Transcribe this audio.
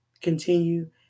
continue